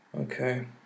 Okay